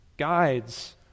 guides